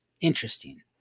Interesting